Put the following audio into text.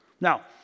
Now